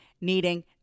needing